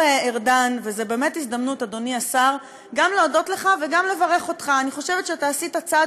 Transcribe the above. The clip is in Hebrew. אבל העובדה שאתם מפחדים מהציבור, אני רוצה לשאול